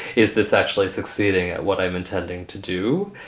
is this actually succeeding? what i'm intending to do.